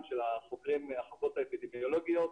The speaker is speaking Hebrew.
של החוקרים והחוקרות האפידמיולוגיות,